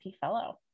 fellow